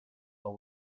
but